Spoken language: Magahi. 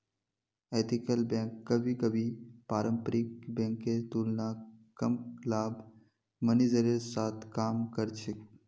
एथिकल बैंक कभी कभी पारंपरिक बैंकेर तुलनात कम लाभ मार्जिनेर साथ काम कर छेक